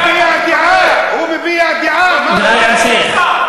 הוא מביע דעה, הוא מביע דעה, נא להמשיך.